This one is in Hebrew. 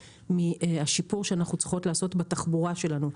מהשיפור שאנחנו צריכות לעשות בתחבורה שלנו.